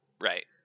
Right